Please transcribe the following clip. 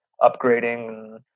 upgrading